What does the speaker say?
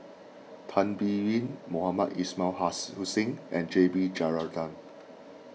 Tan Biyun Mohamed Ismail Hussain and J B Jeyaretnam